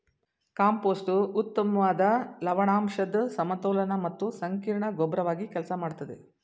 compost ಉತ್ತಮ್ವಾದ ಲವಣಾಂಶದ್ ಸಮತೋಲನ ಮತ್ತು ಸಂಕೀರ್ಣ ಗೊಬ್ರವಾಗಿ ಕೆಲ್ಸ ಮಾಡ್ತದೆ